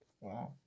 Wow